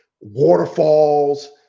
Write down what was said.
waterfalls